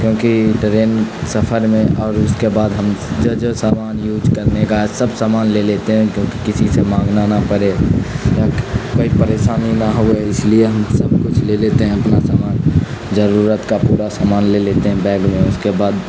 کیونکہ ٹرین سفر میں اور اس کے بعد ہم جو جو سامان یوج کرنے کا ہے سب سامان لے لیتے ہیں کیونکہ کسی سے مانگنا نہ پڑے کوئی پریشانی نہ ہو اس لیے ہم سب کچھ لے لیتے ہیں اپنا سامان ضرورت کا پورا سامان لے لیتے ہیں بیگ میں اس کے بعد